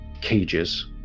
cages